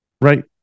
right